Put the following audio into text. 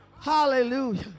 Hallelujah